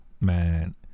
man